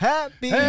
Happy